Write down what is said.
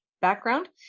background